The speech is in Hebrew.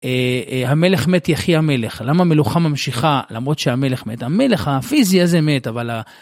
המלך מת יחי המלך. למה מלוכה ממשיכה למרות שהמלך מת? המלך הפיזי הזה מת אבל ה...